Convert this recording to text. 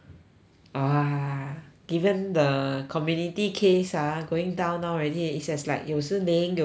orh ah given the community case ah going down now already is just like 有时零有时一